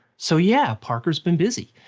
so yeah, parker's been busy!